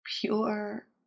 pure